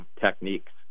techniques